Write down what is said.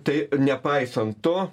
tai nepaisant to